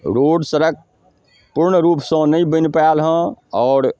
road सड़क पूर्णरूपसँ नहि बनि पाएल हँ आओर